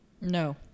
No